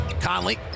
Conley